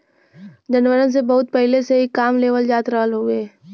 जानवरन से बहुत पहिले से ही काम लेवल जात रहल हउवे